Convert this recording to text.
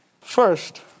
First